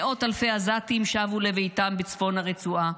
מאות אלפי עזתים שבו לביתם בצפון הרצועה,